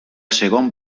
segon